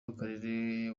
w’akarere